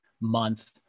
month